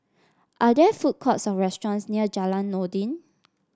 are there food courts or restaurants near Jalan Noordin